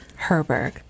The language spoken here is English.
Herberg